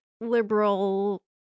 liberal